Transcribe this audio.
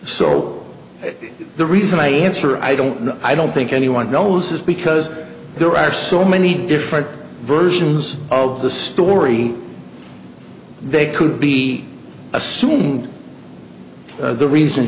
so the reason may answer i don't know i don't think anyone knows this because there are so many different versions of the story they could be assumed the reason